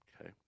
okay